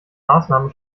maßnahme